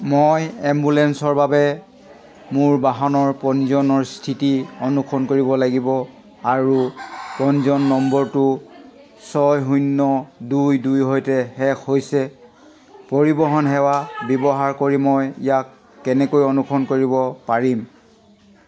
মই এম্বুলেন্সৰ বাবে মোৰ বাহনৰ পঞ্জীয়নৰ স্থিতি অনুসৰণ কৰিব লাগিব আৰু পঞ্জীয়ন নম্বৰটো ছয় শূন্য দুই দুইৰ সৈতে শেষ হৈছে পৰিৱহণ সেৱা ব্যৱহাৰ কৰি মই ইয়াক কেনেকৈ অনুসৰণ কৰিব পাৰিম